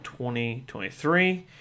2023